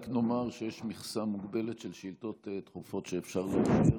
רק נאמר שיש מכסה מוגבלת של שאילתות דחופות שאפשר לאשר.